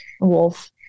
wolf